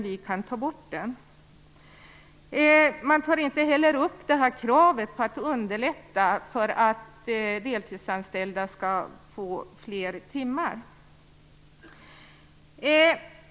Vi kan ta bort den. Man tar inte heller upp kravet på att underlätta för deltidsanställda att få fler timmar.